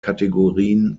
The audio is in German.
kategorien